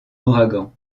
ouragan